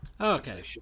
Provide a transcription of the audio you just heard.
Okay